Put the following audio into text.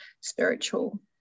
spiritual